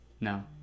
no